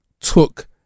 took